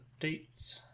updates